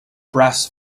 brass